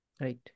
Right